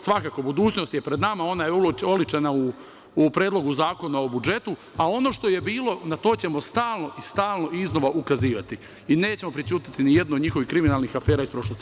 Svakako, budućnost je pred nama i ona je oličena u Predlogu zakona o budžetu, a ono što je bilo, na to ćemo stalno i stalno iznova ukazivati i nećemo prećutati nijednu od njihovih kriminalnih afera iz prošlosti.